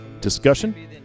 discussion